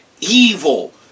evil